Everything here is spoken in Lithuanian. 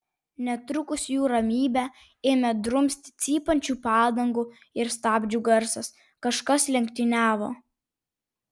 netrukus jų ramybę ėmė drumsti cypiančių padangų ir stabdžių garsas kažkas lenktyniavo